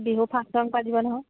Bihu function পাতিব নহয়